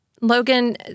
Logan